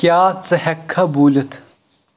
کیٛاہ ژٕ ہٮ۪ککھا بوٗلِتھ